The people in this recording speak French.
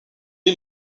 est